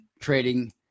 trading